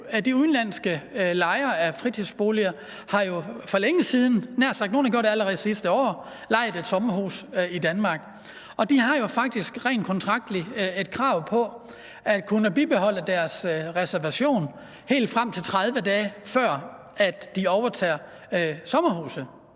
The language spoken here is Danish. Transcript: siden, nogle har gjort det allerede sidste år, har lejet et sommerhus i Danmark. Og De har jo faktisk rent kontraktligt et krav på at kunne bibeholde deres reservation helt frem til 30 dage, før de overtager sommerhuset.